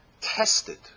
tested